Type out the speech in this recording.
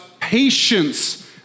patience